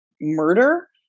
murder